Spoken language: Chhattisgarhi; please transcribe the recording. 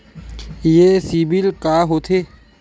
ये सीबिल का होथे?